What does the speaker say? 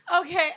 Okay